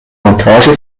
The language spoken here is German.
montage